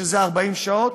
ששם זה 40 שעות.